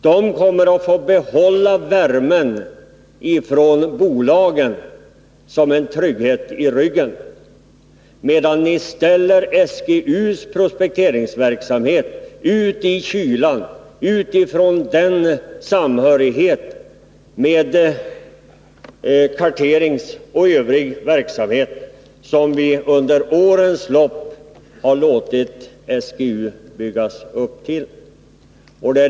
De kommer så att säga att få behålla värmen från bolagen som en trygghet i ryggen, medan ni ställer ut SGU:s prospekteringsverksamhet i kylan, ut från den samhörighet med karteringsoch övrig verksamhet som vi under årens lopp har låtit SGU byggas upp med.